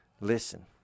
listen